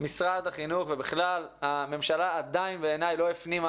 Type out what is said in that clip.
משרד החינוך ובכלל הממשלה, בעיניי, לא הפנימו